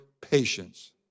patience